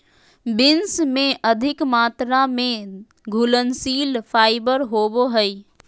beans में अधिक मात्रा में घुलनशील फाइबर होवो हइ